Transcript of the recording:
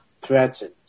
threatened